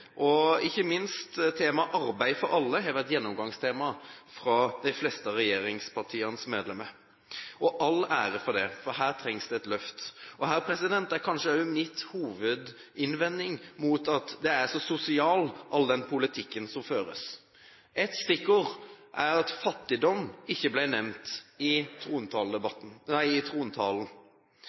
og ikke minst temaet «arbeid for alle» har vært gjennomgangstemaet fra de fleste av regjeringspartienes medlemmer. Og all ære for det, for her trengs det et løft. Her er kanskje også min hovedinnvending mot at den er så sosial, all den politikken som føres. Et stikkord er at «fattigdom» ikke ble nevnt i trontalen. Fattigdom er en av våre største utfordringer i